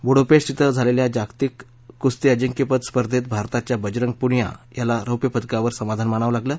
Budapest ॐ झालेल्या जागतिक कुस्ती अंजिक्यपद स्पर्धेत भारताच्या बजरंग पुनिया याला रौप्यपदकावर समाधान मानावं लागलं